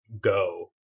Go